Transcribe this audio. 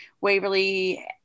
Waverly